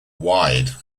wide